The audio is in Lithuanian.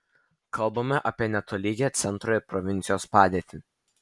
kalbama apie netolygią centro ir provincijos padėtį